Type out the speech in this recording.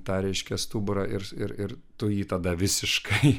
tą reiškia stuburą ir ir ir tu jį tada visiškai